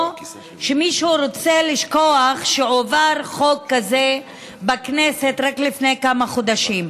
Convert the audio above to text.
או שמישהו רוצה לשכוח שהועבר חוק כזה בכנסת רק לפני כמה חודשים.